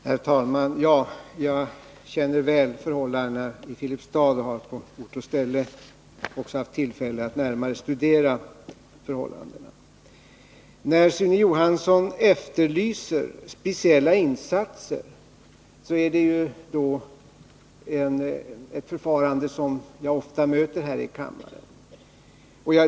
Herr talman! Ja, jag känner väl förhållandena i Filipstad och har också på ort och ställe haft tillfälle att närmare studera dem. Sune Johansson efterlyser speciella insatser. Det är ett önskemål som jag ofta möter här i kammaren.